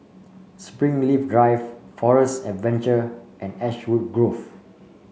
Springleaf Drive Forest Adventure and Ashwood Grove